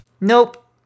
Nope